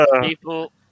People